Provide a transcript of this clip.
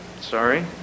sorry